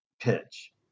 pitch